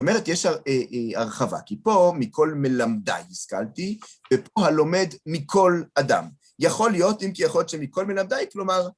זאת אומרת, יש הרחבה, כי פה, מכל מלמדיי השכלתי, ופה הלומד מכל אדם. יכול להיות, אם כי יכול להיות שמכל מלמדיי, כלומר...